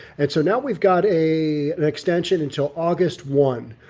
and so now we've got a extension until august one.